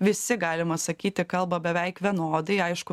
visi galima sakyti kalba beveik vienodai aišku